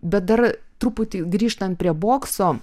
bet dar truputį grįžtant prie bokso